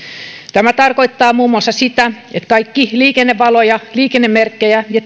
tämä tarkoittaa muun muassa sitä että kaikki liikennevaloja liikennemerkkejä ja